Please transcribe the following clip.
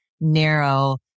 narrow